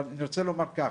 אני רוצה לומר כך,